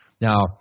Now